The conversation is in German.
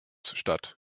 statt